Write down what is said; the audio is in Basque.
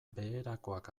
beherakoak